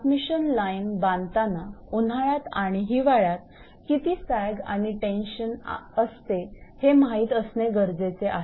transmission line बांधताना उन्हाळ्यात आणि हिवाळ्यात किती सॅग आणि टेन्शन असते हे माहीत असणे गरजेचे आहे